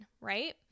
right